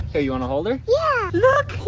here, you want to hold her? yeah! look,